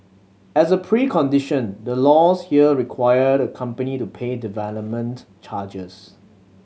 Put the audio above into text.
as a precondition the laws here require the company to pay development charges